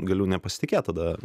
galiu nepasitikėt tada